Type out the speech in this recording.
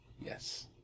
Yes